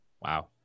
Wow